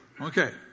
Okay